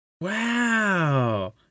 Wow